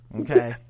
Okay